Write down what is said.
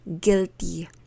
guilty